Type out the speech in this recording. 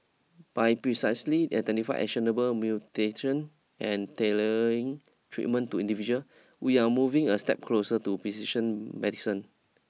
by precisely identify actionable mutation and tailoring treatments to individual we are moving a step closer to precision medicine